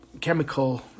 chemical